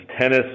tennis